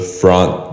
front